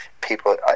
people